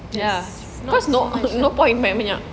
ya cause no no point banyak-banyak